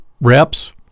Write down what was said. reps